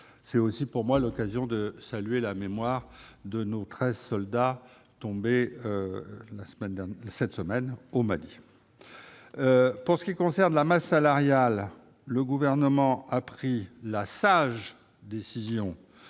me donne également l'occasion de saluer la mémoire de nos treize soldats tombés cette semaine au Mali. Pour ce qui concerne la masse salariale, le Gouvernement a pris la sage décision